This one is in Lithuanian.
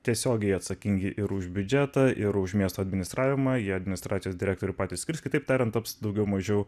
tiesiogiai atsakingi ir už biudžetą ir už miesto administravimą į administracijos direktorių pati skris kitaip tariant taps daugiau mažiau